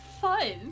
fun